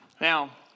Now